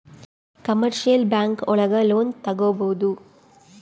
commercial bank ಒಳಗ loan ತಗೊಬೋದು